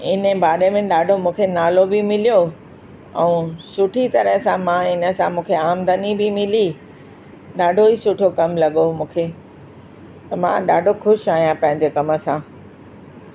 इने बारे में ॾाढो मूंखे नालो बि मिलियो ऐं सुठी तरह सां मां इन सां मूंखे आमदनी बि मिली ॾाढो ई सुठो कमु लॻो मूंखे त मां ॾाढो ख़ुशि आहियां पंहिंजे कम सां